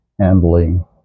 handling